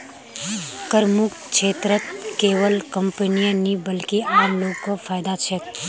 करमुक्त क्षेत्रत केवल कंपनीय नी बल्कि आम लो ग को फायदा छेक